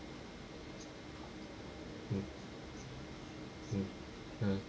mm mm ah